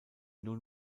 nun